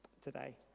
today